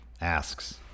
asks